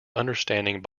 understanding